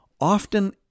often